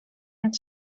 het